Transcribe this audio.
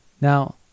Now